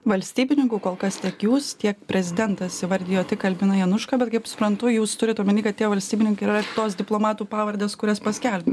valstybininkų kol kas tiek jūs tiek prezidentas įvardijo tik albiną janušką bet kaip suprantu jūs turit omeny kad tie valstybininkai yra tos diplomatų pavardės kurias paskelbė